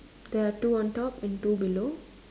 there are two on top and two below